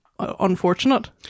unfortunate